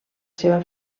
seva